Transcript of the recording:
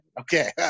okay